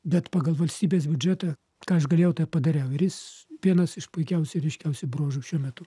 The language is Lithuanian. bet pagal valstybės biudžetą ką aš galėjau tą padariau ir jis vienas iš puikiausių ryškiausių bruožų šiuo metu